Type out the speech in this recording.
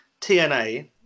TNA